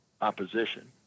opposition